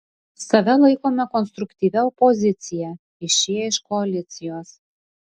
save laikome konstruktyvia opozicija išėję iš koalicijos